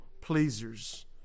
pleasers